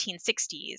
1860s